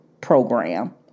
program